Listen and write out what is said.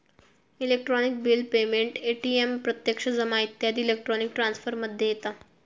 electronic bill payment, ATM प्रत्यक्ष जमा इत्यादी इलेक्ट्रॉनिक ट्रांसफर मध्ये येता